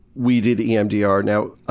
we did emdr. now,